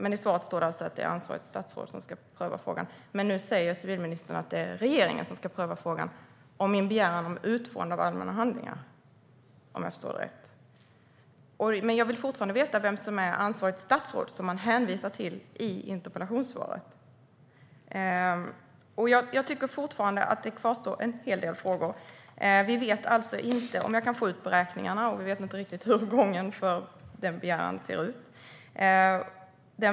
I svaret står det alltså att det är ansvarigt statsråd som ska pröva frågan. Men nu säger civilministern att det är regeringen som ska pröva frågan om min begäran om att få ut allmänna handlingar, om jag förstår det rätt. Jag vill fortfarande veta vem som är ansvarigt statsråd som man hänvisar till i interpellationssvaret. Det kvarstår fortfarande en hel del frågor. Jag vet alltså inte om jag kan få ut beräkningarna och vet inte riktigt hur gången för denna begäran ser ut.